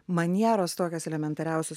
manieros tokios elementariausios